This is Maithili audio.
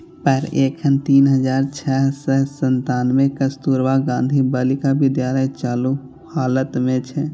पर एखन तीन हजार छह सय सत्तानबे कस्तुरबा गांधी बालिका विद्यालय चालू हालत मे छै